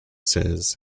says